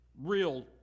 real